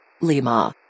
Lima